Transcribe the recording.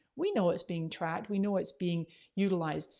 we know it's being tracked, we know it's being utilized.